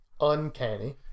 Uncanny